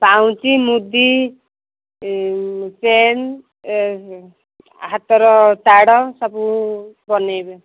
ପାଉଁଜି ମୁଦି ଚେନ୍ ହାତର ତାଡ଼ ସବୁ ବନାଇବେ